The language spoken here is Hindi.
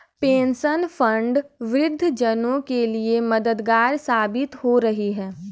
पेंशन फंड वृद्ध जनों के लिए मददगार साबित हो रही है